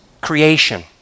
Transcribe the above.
creation